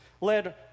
led